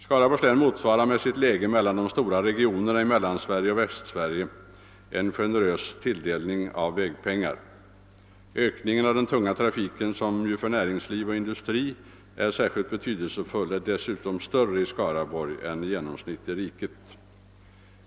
Skaraborgs län motiverar med sitt läge mellan de stora regionerna i Mellansverige och Västsverige en generös tilldelning av väganslag. Ökningen av den tunga trafiken, som ju för näringsliv och industri är särskilt betydelsefull, är dessutom större i Skaraborgs län än i riket i genomsnitt.